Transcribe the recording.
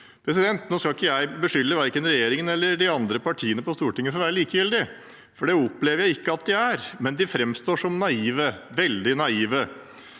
oss selv. Nå skal ikke jeg beskylde verken regjeringen eller noen partier på Stortinget for å være likegyldige, for det opplever jeg ikke at de er, men de framstår som naive – veldig naive.